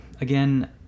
again